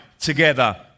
together